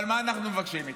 אבל מה אנחנו מבקשים מכם?